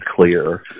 clear